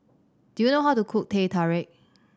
do you know how to cook Teh Tarik